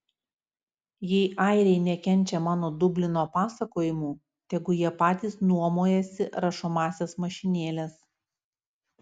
jei airiai nekenčia mano dublino pasakojimų tegu jie patys nuomojasi rašomąsias mašinėles